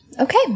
Okay